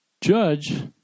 judge